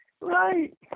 Right